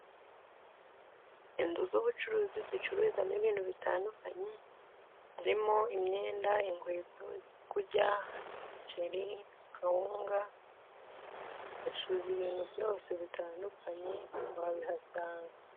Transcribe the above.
Inzu z'ubucuruzi zicururizwamo ibintu bitandukanye, harimo imyenda, inkweto, ibyo kurya imiceri, kawunga bacuruza ibintu byose bitandukanye wabihasanga.